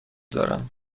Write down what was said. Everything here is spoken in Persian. دارم